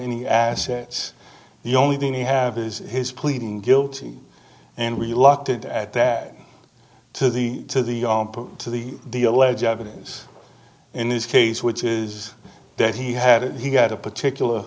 any assets the only thing they have is his pleading guilty and we locked it at that to the to the to the the alleged evidence in this case which is that he had it he got a particular